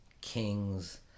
kings